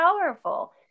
powerful